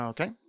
Okay